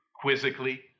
quizzically